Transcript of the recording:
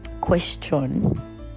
question